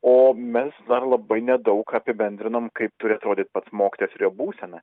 o mes dar labai nedaug apibendrinom kaip turi atrodyt pats mokytojas ir jo būsena